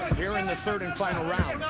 here in the third and final round.